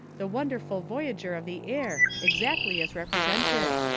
the wonderful voyager of the air, exactly as represented.